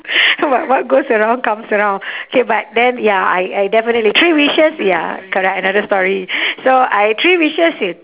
what what goes around comes around K but then ya I I definitely three wishes ya correct another story so I three wishes with